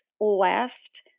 left